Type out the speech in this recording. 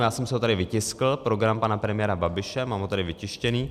Já jsem si ho tady vytiskl, program pana premiéra Babiše, mám ho tady vytištěný.